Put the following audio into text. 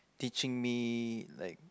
teaching me like